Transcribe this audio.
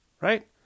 right